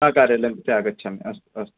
हा कार्यालयं प्रति आगच्छामि अस्तु अस्तु